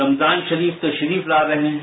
रमजान शरीफ तशरीफ ला रहे हैं